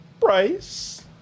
price